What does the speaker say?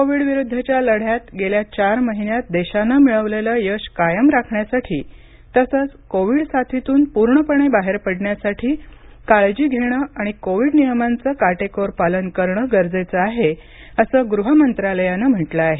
कोविडविरुद्धच्या लढ्यात गेल्या चार महिन्यात देशानं मिळवलेलं यश कायम राखण्यासाठी तसंच कोविड साथीतून पूर्णपणे बाहेर पडण्यासाठी काळजी घेणं आणि कोविड नियमांचं कोटेकोर पालन करणं गरजेचं आहे असं गृह मंत्रालयानं म्हटलं आहे